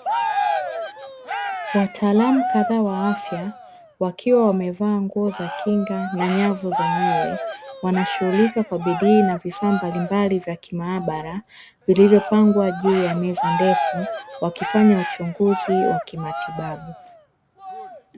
Wataalamu kadhaa wa afya wakiwa wamevaa nguo za kinga na nyavu za nywele, wanashughulika kwa bidii na vifaa mbalimbali vya kimaabara vilivyopangwa juu ya meza ndefu, wakifanya uchunguzi wa kimatibabu.